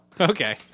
Okay